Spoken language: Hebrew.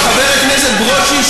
אבל חבר הכנסת ברושי,